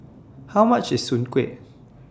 How much IS Soon Kueh